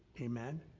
Amen